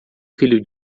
filho